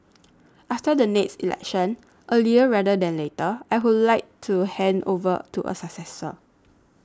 after the next election earlier rather than later I would like to hand over to a successor